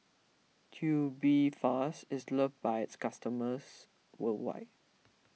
Tubifast is loved by its customers worldwide